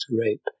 rape